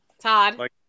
Todd